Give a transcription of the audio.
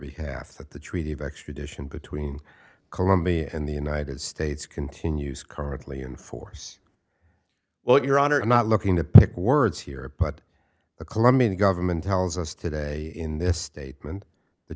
that the treaty of extradition between colombia and the united states continues currently in force well your honor i'm not looking to pick words here but the colombian government tells us today in this statement the